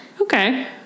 Okay